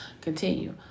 continue